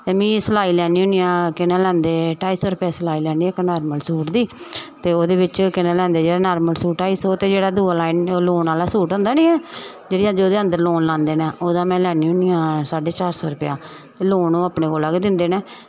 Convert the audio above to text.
ते मीं सिलाई लैन्नी होन्नी आं केह् नां लैंदे ढाई सौ रपेऽ सलाई लैन्नी आं इक्क नॉर्मल सूट दी ते ओह्दे बिच्च केह् आखदे नॉर्मल सूट जेह्ड़ा ढाई सौ रपेआ ते जेह्ड़ा दूआ लॉन आह्ला सूट होंदा नी जेह्दे अंदर लॉन लांदे न ओह्दा में लैन्नी होन्नी आं साढ़े चार सौ रपेआ लोन ओह् अपने कोला गै दिंदे न